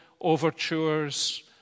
overtures